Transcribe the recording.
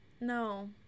No